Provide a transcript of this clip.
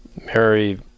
Mary